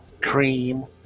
cream